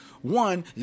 one